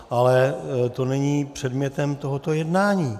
Ale to není předmětem tohoto jednání.